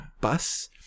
bus